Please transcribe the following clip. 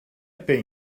pay